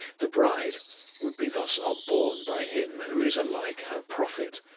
the bride would be thus upborne by him who is alike her prophet,